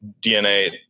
DNA